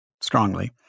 strongly